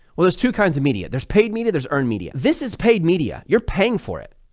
well there's two kinds of media, there's paid media, there's earned media. this is paid media, you're paying for it.